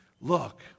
Look